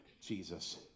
Jesus